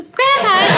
Grandpa